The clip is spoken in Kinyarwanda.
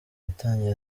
yatangiye